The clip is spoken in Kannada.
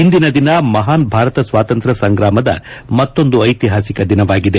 ಇಂದಿನ ದಿನ ಮಹಾನ್ ಭಾರತ ಸ್ವಾತಂತ್ರ ಸಂಗ್ರಾಮದ ಮತ್ತೊಂದು ಐತಿಹಾಸಿಕ ದಿನವಾಗಿದೆ